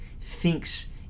thinks